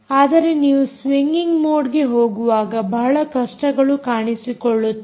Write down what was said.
ಆದರೆ ನೀವು ಸ್ವಿಂಗಿಂಗ್ ಮೋಡ್ಗೆ ಹೋಗುವಾಗ ಬಹಳ ಕಷ್ಟಗಳು ಕಾಣಿಸಿಕೊಳ್ಳುತ್ತವೆ